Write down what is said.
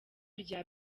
rya